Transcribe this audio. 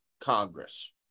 Congress